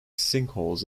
sinkholes